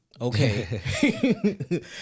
Okay